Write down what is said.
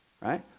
Right